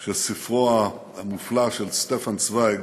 של ספרו המופלא של שטפן צווייג